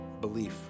belief